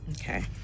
Okay